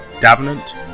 Davenant